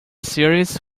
series